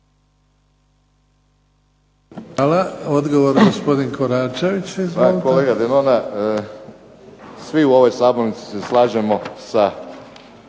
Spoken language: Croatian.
Hvala. Odgovor gospodin Bodakoš.